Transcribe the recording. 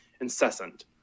incessant